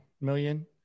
million